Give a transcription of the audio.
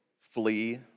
flee